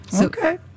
Okay